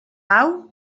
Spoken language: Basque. hau